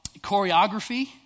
Choreography